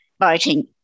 voting